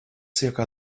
zirka